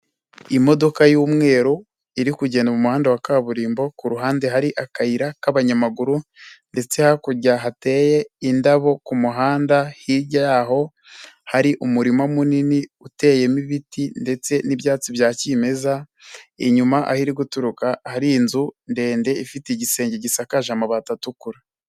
Imodoka y'umweru iri kugenda muhanda wa kaburimbo ku ruhande hari akayira k'abanyamaguru ndetse hakurya hateye indabo ku muhanda, hirya y'aho hari umurima munini uteyemo ibiti ndetse n'ibyatsi bya kimeza, inyuma aho iri guturuka hari inzu ndende ifite igisenge gisakaje amabati atukura.